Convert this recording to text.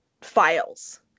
files